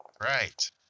Right